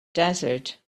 desert